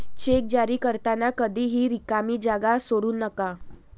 check जारी करताना कधीही रिकामी जागा सोडू नका